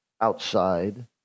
outside